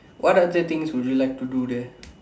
what other things would you like to do there